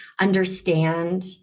understand